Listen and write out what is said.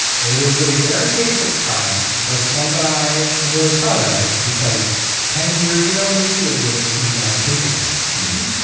it is a very basic triumph, but it's one that i am really proud of because ten years ago, maybe it would have seemed unthinkable to me.